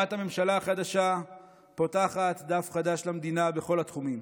הקמת הממשלה החדשה פותחת דף חדש למדינה בכל התחומים,